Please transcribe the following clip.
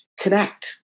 connect